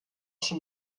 schon